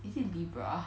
is it libra